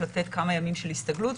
לתת כמה ימים של הסתגלות.